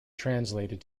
translated